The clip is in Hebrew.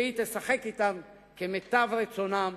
שתשחק אתו כמיטב רצונה,